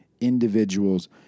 individuals